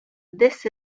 this